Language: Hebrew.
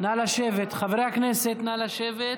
חברי הכנסת, נא לשבת.